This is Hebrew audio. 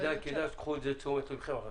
כדאי שתיקחו את זה לתשומת לבכם.